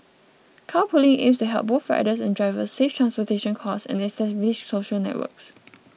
carpooling aims to help both riders and drivers save transportation costs and establish social networks